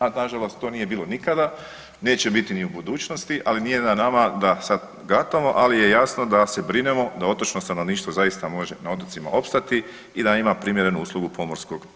A nažalost to nije bilo nikada, neće biti ni u budućnosti, ali nije na nama da sad gatamo, ali je jasno da se brinemo da otočno stanovništvo zaista može na otocima opstati i da ima primjerenu uslugu pomorskog prometa.